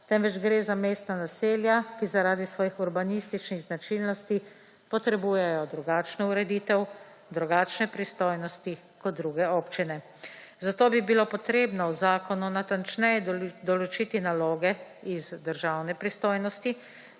temveč gre za mestna naselja, ki zaradi svojih urbanističnih značilnosti potrebujejo drugačno ureditev, drugačne pristojnosti kot druge občine. Zato bi bilo treba v zakonu natančneje določiti naloge iz državne pristojnosti,